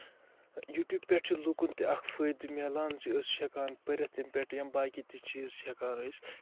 YouTube پٮ۪ٹھ چھُ لُکَن تہِ اکھ فٲیدٕ میلان زِ أسۍ چھِ ہٮ۪کان پٔرِتھ اَمہِ پٮ۪ٹھ یا باقٕے تہِ چیٖز چھِ ہٮ۪کان أسۍ